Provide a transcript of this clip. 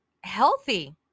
healthy